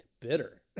bitter